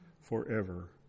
forever